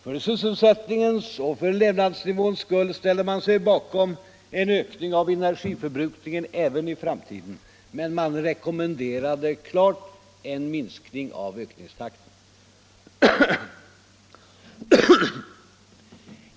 För sysselsättningens skull och för levnadsnivåns skull ställde man sig bakom en ökning av energiförbrukningen även i framtiden. Men man rekommenderade en minskning av ökningstakten.